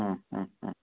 ಹಾಂ ಹಾಂ ಹಾಂ